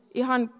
ihan